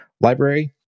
library